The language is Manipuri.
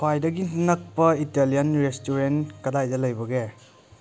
ꯈ꯭ꯋꯥꯏꯗꯒꯤ ꯅꯛꯄ ꯏꯇꯥꯂꯤꯌꯥꯟ ꯔꯦꯁꯇꯨꯔꯦꯟ ꯀꯗꯥꯏꯗ ꯂꯩꯕꯒꯦ